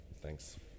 Thanks